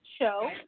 show